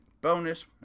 bonus